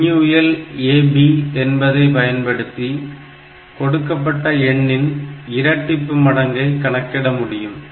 MUL AB என்பதை பயன்படுத்தி கொடுக்கப்பட்ட எண்ணின் இரட்டிப்பு மடங்கை கணக்கிட முடியும்